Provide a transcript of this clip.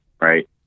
Right